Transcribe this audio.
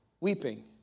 weeping